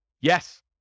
Yes